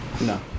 No